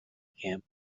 camp